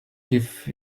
give